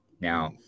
Now